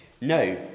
No